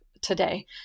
today